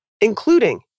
including